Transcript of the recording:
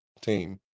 team